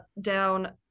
down